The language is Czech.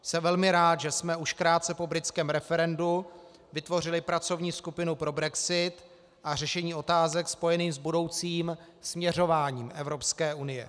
Jsem velmi rád, že jsme už krátce po britském referendu vytvořili pracovní skupinu pro brexit a řešení otázek spojených s budoucím směřováním Evropské unie.